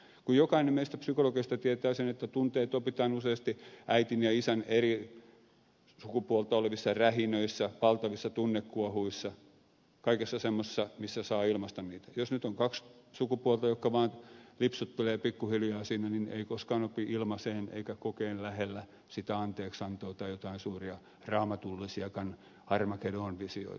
kun jokainen meistä psykologeista tietää sen että tunteet opitaan useasti äidin ja isän eri sukupuolta olevissa rähinöissä valtavissa tunnekuohuissa kaikessa semmoisessa missä saa ilmaista niitä niin jos nyt on kaksi sukupuolta jotka vaan lipsuttelee pikkuhiljaa siinä niin ei koskaan opi ilmaisemaan eikä kokemaan lähellä sitä anteeksiantoa tai joitain suuria raamatullisiakaan harmageddonvisioita